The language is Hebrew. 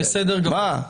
בסדר גמור.